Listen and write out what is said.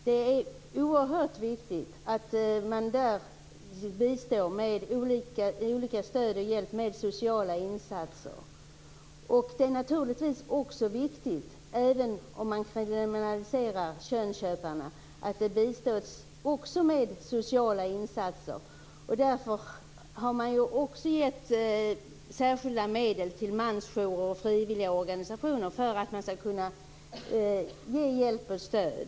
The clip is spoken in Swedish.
Det är oerhört viktigt att man bistår med olika stöd och sociala insatser. Även om man kriminaliserar könsköparna är det naturligtvis viktigt att också de bistås med sociala insatser. Man har därför avsatt särskilda medel till mansjourer och frivilliga organisationer för att kunna ge hjälp och stöd.